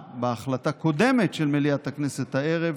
והחלשה שבהן היא אוכלוסיית בני ה-67 ומעלה.